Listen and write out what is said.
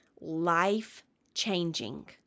life-changing